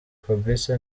fabrice